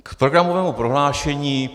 K programovému prohlášení.